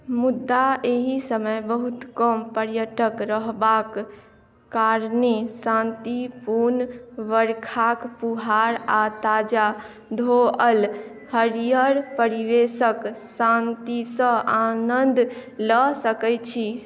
मुदा एहि समय बहुत कम पर्यटक रहबाक कारणे शान्तिपूर्ण वर्षाक फुहार आ ताजा धोअल हरियर परिवेशक शान्तिसँ आनन्द लऽ सकैत छी